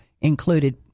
included